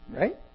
Right